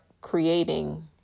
creating